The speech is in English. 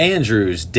Andrew's